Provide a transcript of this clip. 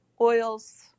oils